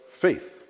faith